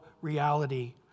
reality